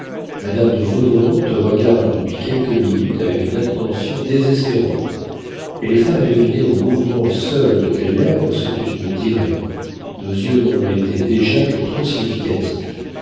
madame de vaudremont te regarde depuis quelques minutes avec une attention désespérante elle est femme à deviner au mouvement seul de tes lèvres ce que tu me dirais nos yeux n'ont été déjà que trop significatifs